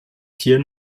tier